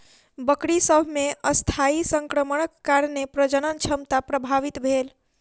बकरी सभ मे अस्थायी संक्रमणक कारणेँ प्रजनन क्षमता प्रभावित भेल